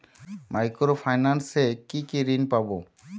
Micro finance এ কি কি ঋণ পাবো?